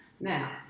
now